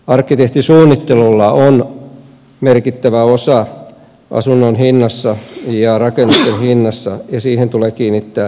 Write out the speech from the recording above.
arkkitehtisuunnittelulla on merkittävä osa asunnon hinnassa ja rakennusten hinnassa ja siihen tulee kiinnittää myös paljon huomiota